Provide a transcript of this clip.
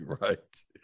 Right